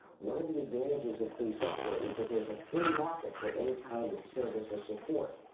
one of the advantages of free software is that, there's a free market for any kind of service or support.